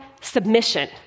submission